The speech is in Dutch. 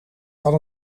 van